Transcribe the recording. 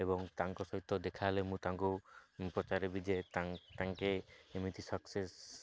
ଏବଂ ତାଙ୍କ ସହିତ ଦେଖାହେଲେ ମୁଁ ତାଙ୍କୁ ପଚାରିବି ଯେ ତା' ତାଙ୍କେ ଏମିତି ସକ୍ସେସ୍